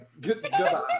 Goodbye